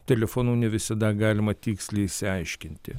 telefonu ne visada galima tiksliai išsiaiškinti